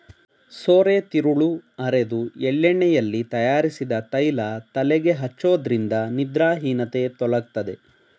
ಸೋರೆತಿರುಳು ಅರೆದು ಎಳ್ಳೆಣ್ಣೆಯಲ್ಲಿ ತಯಾರಿಸಿದ ತೈಲ ತಲೆಗೆ ಹಚ್ಚೋದ್ರಿಂದ ನಿದ್ರಾಹೀನತೆ ತೊಲಗ್ತದೆ